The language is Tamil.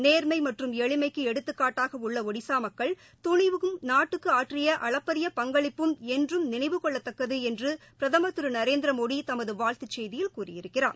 நேர்மை மற்றும் எளிமைக்கு எடுத்துக்காட்டாக உள்ள ஒடிசா மக்கள் துணிவும் நாட்டுக்கு ஆற்றிய அளப்பரிய பங்களிப்பும் என்றும் நினைவு கொள்ளத்தக்கது என்று பிரதமர் திரு நரேந்திரமோடி தமது வாழ்த்துச் செய்தியில் கூறியிருக்கிறார்